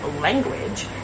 language